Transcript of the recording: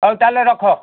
ହଉ ତା'ହେଲେ ରଖ